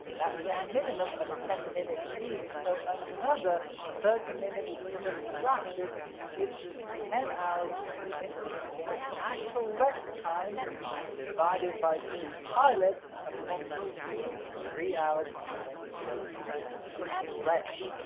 that's a minimum of ten minutes each. so another thirty minutes subtracted gives us ten hours and twenty minutes of actual rest time divided by three pilots approximately three hours and twenty seven minutes of rest.